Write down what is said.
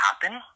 happen